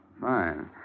Fine